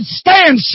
stand